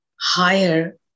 higher